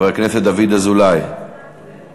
חבר הכנסת דוד אזולאי נמצא?